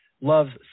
Love's